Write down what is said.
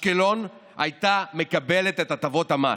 אשקלון הייתה מקבלת את הטבות המס.